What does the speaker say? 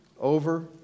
over